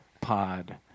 Pod